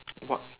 what